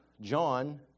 John